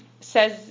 says